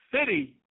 city